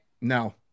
No